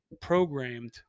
programmed